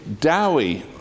Dowie